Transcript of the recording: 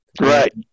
Right